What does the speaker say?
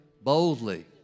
Boldly